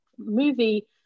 movie